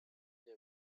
they